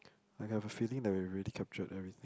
I have a feeling that we already captured everything